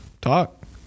Talk